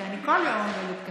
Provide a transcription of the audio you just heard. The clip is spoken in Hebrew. שאני כל יום עובדת קשה,